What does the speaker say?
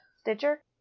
Stitcher